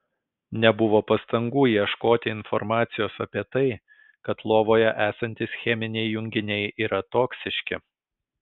nebuvo pastangų ieškoti informacijos apie tai kad lovoje esantys cheminiai junginiai yra toksiški